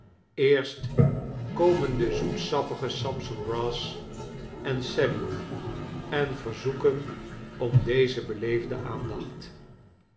eerst komen de zoetsappige sampson brass en sally en verzoeken om onze beleefde aandacht